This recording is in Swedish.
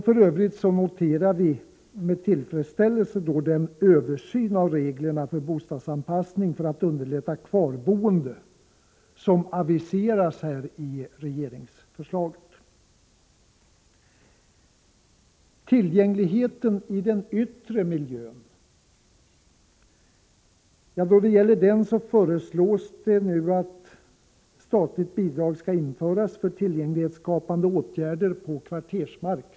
För övrigt noterar vi med tillfredsställelse att det i regeringsförslaget aviseras en översyn av reglerna för bostadsanpassning för att underlätta kvarboende. Då det gäller den yttre miljön föreslår man nu i propositionen att statligt bidrag skall införas för tillgänglighetsskapande åtgärder på kvartersmark.